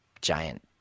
giant